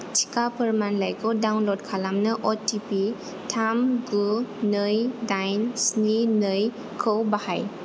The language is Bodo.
टिका फोरमानलाइखौ डाउनल'ड खालामनो अटिपि थाम गु नै दाइन स्नि नै खौ बाहाय